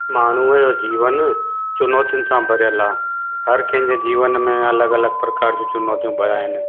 माण्हूअ जो जीवन चुनौतियुनि सां भरियल आहे हर कंहिंजे जीवन में अलॻि अलॻि प्रकार जी चुनौतियूं बयां आहिनि